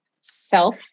self